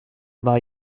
war